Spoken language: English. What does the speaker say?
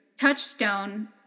touchstone